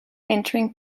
entering